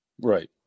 Right